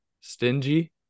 stingy